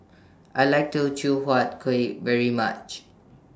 I like Teochew Huat Kuih very much